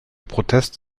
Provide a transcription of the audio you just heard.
protest